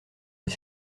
les